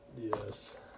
Yes